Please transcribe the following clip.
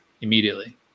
immediately